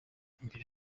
imbere